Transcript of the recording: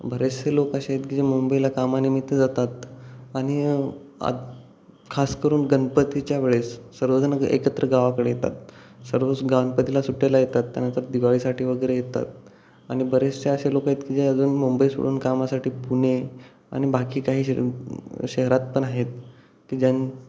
बरेचसे लोक असे आहेत की जे मुंबईला कामानिमित्त जातात आणि आ खास करून गणपतीच्या वेळेस सर्वजणं एकत्र गावाकडे येतात सर्वच गणपतीला सुट्ट्याला येतात त्यानंतर दिवाळीसाठी वगैरे येतात आणि बरेचसे असे लोकं आहेत की जे अजून मुंबई सोडून कामासाठी पुणे आणि बाकी काही शहरात पण आहेत की ज्या